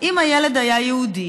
אם הילד היה יהודי,